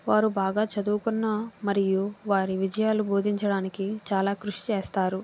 వారు బాగా చదువుకున్న మరియు వారి విజయాలు బోధించడానికి చాలా కృషి చేస్తారు